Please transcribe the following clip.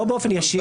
לא באופן ישיר.